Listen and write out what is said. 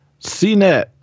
CNET